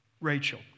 Rachel